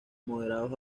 moderados